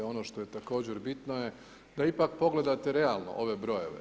Ono što je također bitno je da ipak pogledate realno ove brojeve.